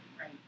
Right